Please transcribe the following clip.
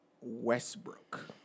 Westbrook